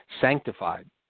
sanctified